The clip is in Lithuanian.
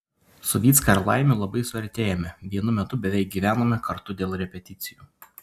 su vycka ir laimiu labai suartėjome vienu metu beveik gyvenome kartu dėl repeticijų